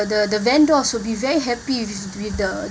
the the vendors will be very happy with with the